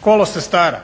kolo sestara,